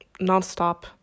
nonstop